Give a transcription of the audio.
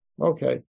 Okay